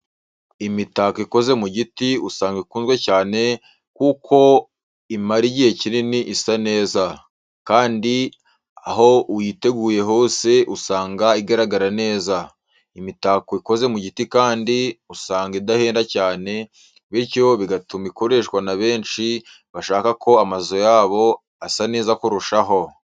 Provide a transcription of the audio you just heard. Imitako ikoze mu giti usanga ikunzwe cyane kuko imara igihe kinini isa neza, kandi aho uyiteguye hose usanga igaragara neza. Imitako ikoze mu giti kandi usanga idahenda cyane, bityo bigatuma ikoreshwa na benshi bashaka ko amazu yabo asa neza kurushaho.